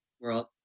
world